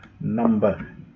number